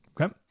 Okay